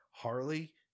Harley